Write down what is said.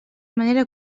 manera